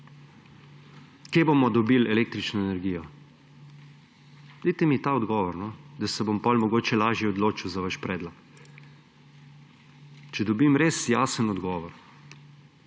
Kje bomo dobili električno energijo? Dajte mi ta odgovor, da se bom potem mogoče lažje odločil za vaš predlog. Če dobim res jasen odgovor,